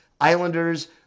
Islanders